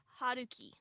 Haruki